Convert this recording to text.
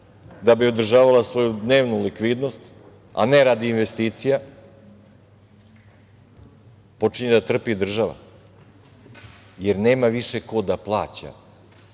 da bi održavala svoju dnevnu likvidnost, a ne radi investicija, počinje da trpi država jer nema više ko da plaća